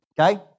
okay